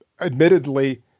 admittedly